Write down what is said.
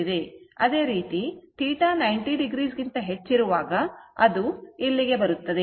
ಅದೇ ರೀತಿ θ 90o ಗಿಂತ ಹೆಚ್ಚಿರುವಾಗ ಅದು ಇಲ್ಲಿಗೆ ಬರುತ್ತದೆ